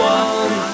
one